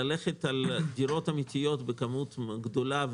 ללכת על דירות אמיתיות בכמות גדולה,